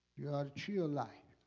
you are to your life